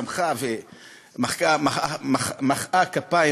שמחה ומחאה כפיים.